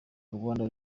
rwanda